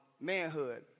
manhood